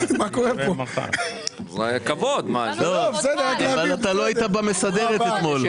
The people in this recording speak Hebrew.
אתה לא היית במסדרת אתמול.